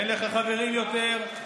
אין לך חברים יותר,